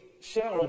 share